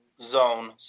zone